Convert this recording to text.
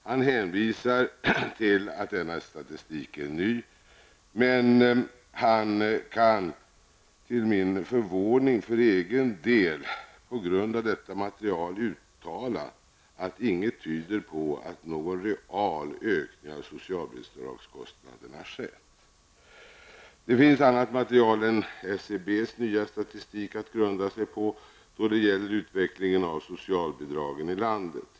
Han hänvisar till att denna statistik är ny, men han kan till min förvåning för egen del på grund av detta material uttala att inget tyder på att någon real ökning av socialbidragskostnaderna skett. Det finns annat material än SCBs nya statistik att grunda sig på då det gäller utvecklingen av socialbidragen i landet.